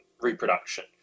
reproduction